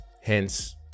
hence